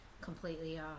completely